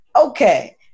Okay